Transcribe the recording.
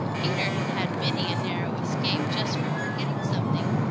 peter had had many a narrow escape just from forgetting something.